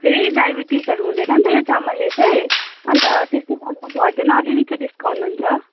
फेरि डाइबिटिस्हरू हुँदैन नि त यो चामलले चाहिँ अन्त त्यस्तो साह्रो चाहिँ घट्दैन अलिअलि चाहिँ डिस्काउन्ट हुन्छ